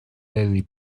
daily